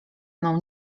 mną